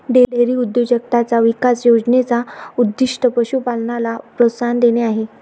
dairy उद्योजकताचा विकास योजने चा उद्दीष्ट पशु पालनाला प्रोत्साहन देणे आहे